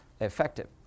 effective